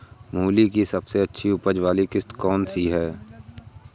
मूली की सबसे अच्छी उपज वाली किश्त कौन सी है?